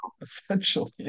essentially